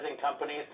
companies